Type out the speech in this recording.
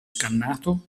scannato